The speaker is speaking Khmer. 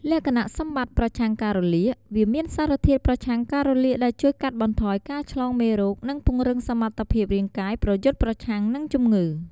លក្ខណៈសម្បត្តិប្រឆាំងការរលាក វាមានសារធាតុប្រឆាំងការរលាកដែលជួយកាត់បន្ថយការឆ្លងមេរោគ និងពង្រឹងសមត្ថភាពរាងកាយប្រយុទ្ធប្រឆាំងនឹងជំងឺ។